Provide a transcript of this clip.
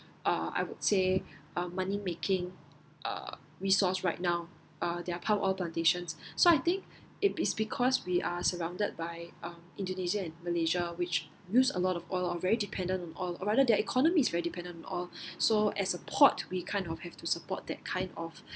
uh I would say uh money making uh resource right now uh their palm oil plantations so I think it is because we are surrounded by um indonesia and malaysia which use a lot of oil or very dependent on oil or rather their economy is very dependent on oil so as a port we kind of have to support that kind of